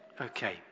Okay